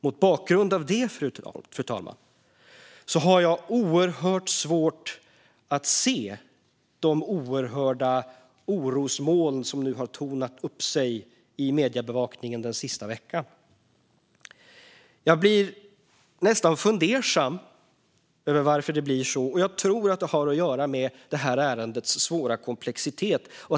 Mot bakgrund av det, fru talman, har jag oerhört svårt att se de oerhörda orosmoln som har tornat upp sig i mediebevakningen den senaste veckan. Jag blir nästan fundersam över varför det blir så, och jag tror att det har att göra med det här ärendets svåra komplexitet.